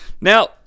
Now